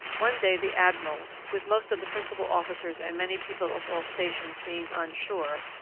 one day the admiral, with most of the principal officers, and many people of all stations, being on shore,